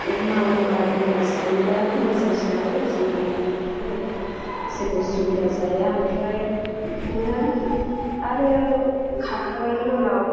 मावोबा दांबा जायोबा मोजांसिन आरो जोंनि देहानि थाखाय जेबो उसुबिदा जाया आमफ्राय बिदिनो आरो खाखांनायनि उनाव